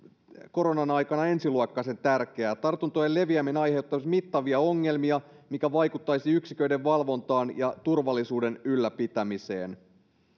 koronan aikana ensiluokkaisen tärkeää tartuntojen leviäminen aiheuttaisi mittavia ongelmia mikä vaikuttaisi yksiköiden valvontaan ja turvallisuuden ylläpitämiseen